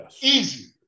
easy